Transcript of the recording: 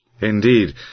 Indeed